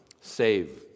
save